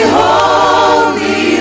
holy